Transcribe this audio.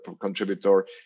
contributor